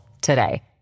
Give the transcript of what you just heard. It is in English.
today